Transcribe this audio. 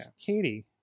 Katie